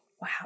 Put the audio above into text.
Wow